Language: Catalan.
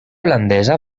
holandesa